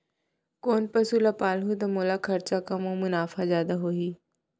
कोन से पसु ला पालहूँ त मोला खरचा कम अऊ मुनाफा जादा होही?